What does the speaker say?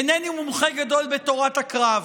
אינני מומחה גדול בתורת הקרב,